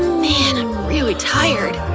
man, i'm really tired.